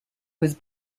was